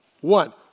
One